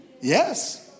Yes